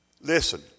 Listen